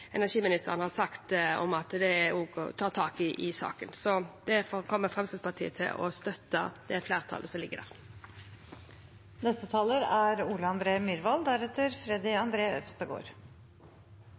energiministeren har kommet med om å ta tak i saken, er også viktige. Derfor kommer Fremskrittspartiet til å støtte det flertallet som